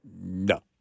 No